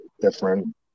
different